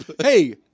Hey